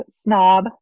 snob